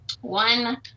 one